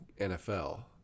NFL